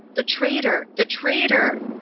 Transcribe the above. the traitor! the traitor!